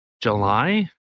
July